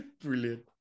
Brilliant